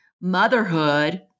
motherhood